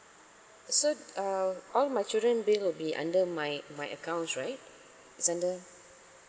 so uh all my children bill will be under my my accounts right it's under